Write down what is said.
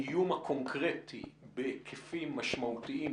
האיום הקונקרטי בהיקפים משמעותיים,